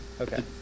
Okay